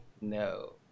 No